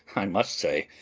i must say,